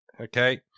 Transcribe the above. Okay